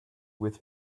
with